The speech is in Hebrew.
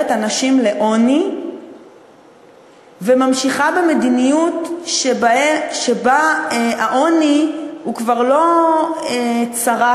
אנשים לעוני וממשיכה במדיניות שבה העוני הוא כבר לא צרת,